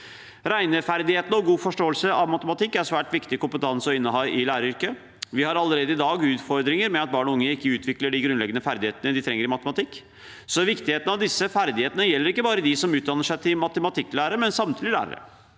Regneferdigheter og god forståelse av matematikk er svært viktig kompetanse å inneha i læreryrket. Vi har allerede i dag utfordringer med at barn og unge ikke utvikler de grunnleggende ferdighetene de trenger i matematikk, så viktigheten av disse ferdighetene gjelder ikke bare de som utdanner seg til matematikklærere, men samtlige lærere.